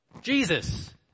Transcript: Jesus